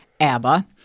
ABBA